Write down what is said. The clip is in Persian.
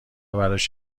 براش